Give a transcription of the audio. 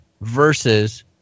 versus